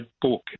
book